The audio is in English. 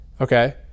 okay